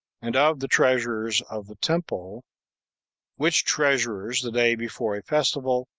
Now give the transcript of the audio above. and of the treasurers of the temple which treasurers, the day before a festival,